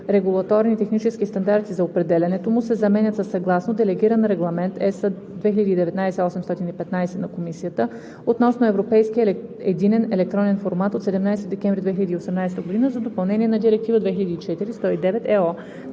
регулаторни технически стандарти за определянето му“ се заменят със „съгласно Делегиран регламент (ЕС) 2019/815 на Комисията относно европейския единен електронен формат от 17 декември 2018 г. за допълнение на Директива 2004/109/ЕО